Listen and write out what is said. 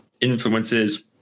influences